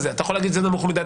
אתה יכול להגיד שזה נמוך מידי,